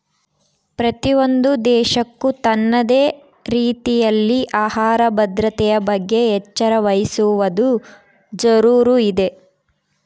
ಪ್ರತಿಯೊಂದು ದೇಶಕ್ಕೂ ತನ್ನದೇ ರೀತಿಯಲ್ಲಿ ಆಹಾರ ಭದ್ರತೆಯ ಬಗ್ಗೆ ಎಚ್ಚರ ವಹಿಸುವದು ಜರೂರು ಇದೆ